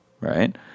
right